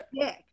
dick